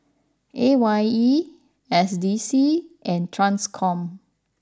A Y E S D C and Tanscom